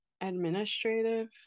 administrative